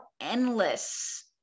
endless